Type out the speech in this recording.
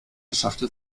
schachtel